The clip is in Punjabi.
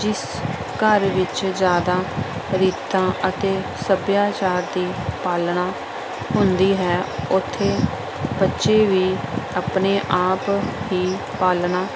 ਜਿਸ ਘਰ ਵਿੱਚ ਜ਼ਿਆਦਾ ਰੀਤਾਂ ਅਤੇ ਸੱਭਿਆਚਾਰ ਦੀ ਪਾਲਣਾ ਹੁੰਦੀ ਹੈ ਉੱਥੇ ਬੱਚੇ ਵੀ ਆਪਣੇ ਆਪ ਹੀ ਪਾਲਣਾ